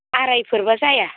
आरायफोरब्ला जाया